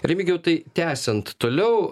remigijau tai tęsiant toliau